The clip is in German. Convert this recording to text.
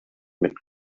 mit